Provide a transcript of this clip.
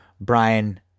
Brian